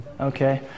Okay